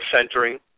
centering